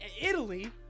italy